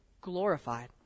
glorified